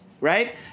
right